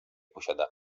posiada